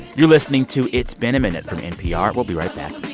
you're listening to it's been a minute from npr. we'll be right back